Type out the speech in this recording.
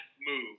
move